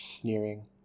sneering